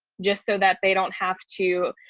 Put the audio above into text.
just so that they don't have to,